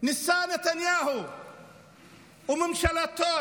ניסו נתניהו וממשלותיו,